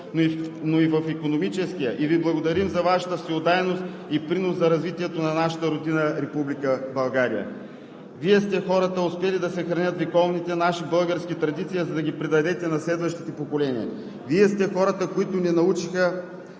но и в икономическия и Ви благодарим за Вашата всеотдайност и принос за развитието на нашата родина Република България. Вие сте хората, успели да съхранят вековните наши български традиции, за да ги предадете на следващите поколения, Вие сте хората, които ни научиха